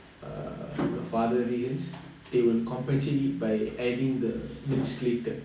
err you know for other reasons they will compensate it by adding the minutes later